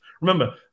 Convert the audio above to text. Remember